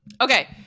Okay